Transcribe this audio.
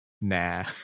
nah